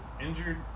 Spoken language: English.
injured